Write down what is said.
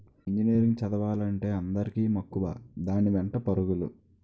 engineering చదువులంటే అందరికీ మక్కువ దాని వెంటే పరుగులు